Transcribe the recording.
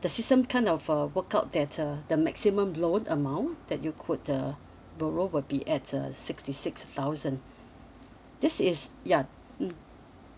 the system kind of uh work out data the maximum loan amount that you could uh borrow will be at uh sixty six thousand this is ya mmhmm